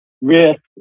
risk